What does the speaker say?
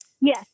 Yes